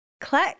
click